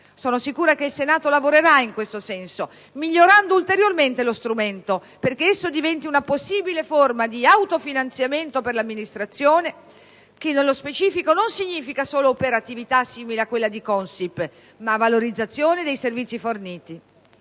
Sono sicura che il Senato lavorerà in questo senso migliorando ulteriormente lo strumento, perché diventi una possibile forma di autofinanziamento per l'amministrazione, che nello specifico non significa solo operatività simile a quella di CONSIP, ma valorizzazione dei servizi forniti.